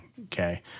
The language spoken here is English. okay